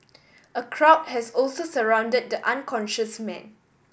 a crowd has also surround the unconscious man